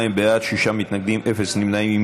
42 בעד, שישה מתנגדים, אפס נמנעים.